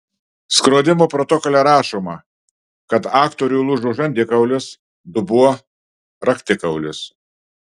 skrodimo protokole rašoma kad aktoriui lūžo žandikaulis dubuo raktikaulis